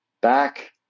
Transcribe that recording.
back